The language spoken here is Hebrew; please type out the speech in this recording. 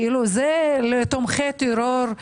לומר שזה לתומכי טרור,